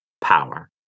power